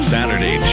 Saturday